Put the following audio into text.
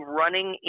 running